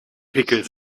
pickel